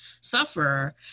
sufferer